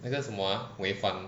那个什么啊 mui fan